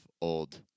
old